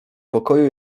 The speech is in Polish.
pokoju